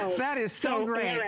that is so